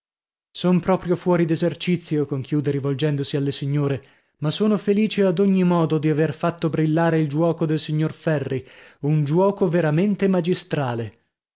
son proprio fuori d'esercizio conchiude rivolgendosi alle signore ma sono felice ad ogni modo di aver fatto brillare il giuoco del signor ferri un giuoco veramente magistrale